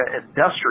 Industrial